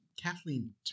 Kathleen